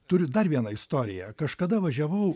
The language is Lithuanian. turiu dar vieną istoriją kažkada važiavau